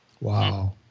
Wow